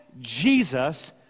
Jesus